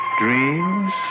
dreams